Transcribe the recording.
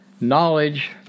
knowledge